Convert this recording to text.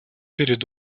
перед